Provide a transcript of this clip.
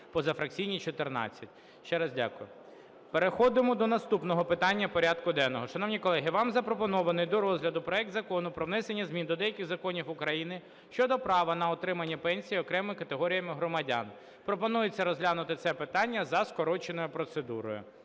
позафракційні – 14. Ще раз дякую. Переходимо до наступного питання порядку денного. Шановні колеги, вам запропонований до розгляду проект Закону про внесення змін до деяких законів України щодо права на отримання пенсій окремим категоріям громадян. Пропонується розглянути це питання за скороченою процедурою.